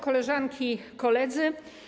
Koleżanki i Koledzy!